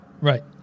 Right